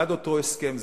עד לאותו הסכם,